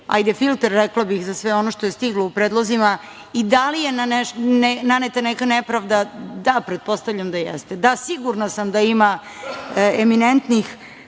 neki, rekla bih, filter za sve ono što je stiglo u predlozima, i da li je naneta neka nepravda? Da, pretpostavljam da jeste. Da, sigurna sam da ima eminentnih,